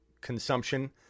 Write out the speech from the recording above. consumption